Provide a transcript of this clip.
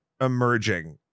emerging